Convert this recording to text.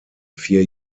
vier